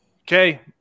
Okay